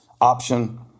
option